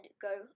go